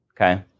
okay